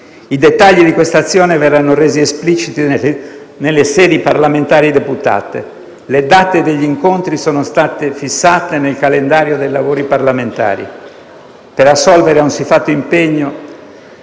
I dettagli di questa azione verranno resi espliciti nelle sedi parlamentari deputate. Le date degli incontri sono state fissate nel calendario dei lavori parlamentari. Per assolvere a un siffatto impegno